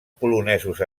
polonesos